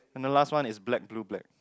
and the last one is black blue black